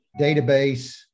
database